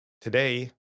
Today